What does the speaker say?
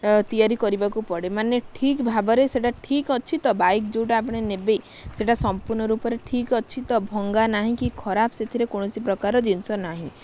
ଅ ତିଆରି କରିବାକୁ ପଡ଼େ ମାନେ ଠିକ ଭାବରେ ସେଇଟା ଠିକ ଅଛି ତ ବାଇକ ଯେଉଁଟା ଆପଣ ନେବେ ସେଇଟା ସମ୍ପୂର୍ଣ ରୂପରେ ଠିକ ଅଛି ତ ଭଙ୍ଗା ନାହିଁ କି ଖରାପ ସେଥିରେ କୌଣସି ପ୍ରକାର ଜିନିଷ ନାହିଁ